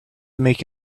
make